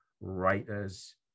writers